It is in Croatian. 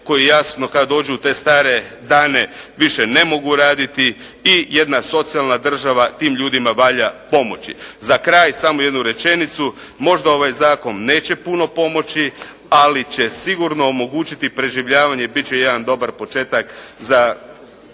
koji jasno kad dođu u te stare dane više ne mogu raditi i jedna socijalna država tim ljudima valja pomoći. Za kraj samo jednu rečenicu, možda ovaj zakon neće puno pomoći, ali će sigurno omogućiti preživljavanje, bit će jedan dobar početak za